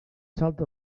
salta